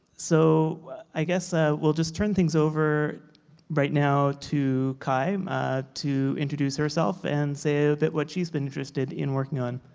so i guess ah we'll just turn things over right now to kei to introduce herself and say a bit what she's been interested in working on.